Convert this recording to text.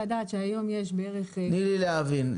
תני לי להבין,